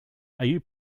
you